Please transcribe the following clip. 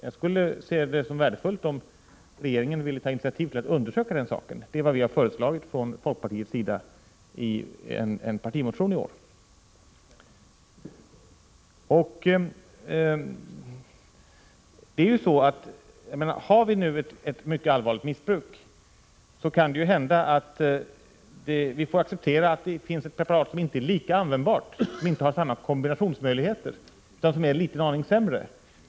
Jag skulle se det som värdefullt om regeringen ville ta initiativ för att undersöka detta. Det har vi från folkpartiets sida föreslagit i en partimotion. Om det nu finns ett mycket allvarligt missbruk, kan det hända att vi får acceptera att det finns ett preparat som inte är lika användbart och som inte har samma kombinationsmöjligheter utan som är en aning sämre.